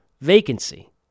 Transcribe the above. vacancy